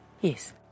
Yes